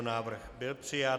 Návrh byl přijat.